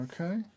Okay